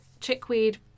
chickweed